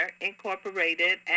Incorporated